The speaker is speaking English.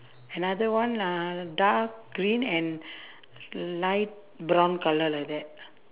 another one ah dark green and light brown colour like that